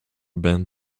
band